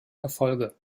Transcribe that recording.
erfolge